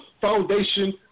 foundation